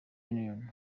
union